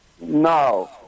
No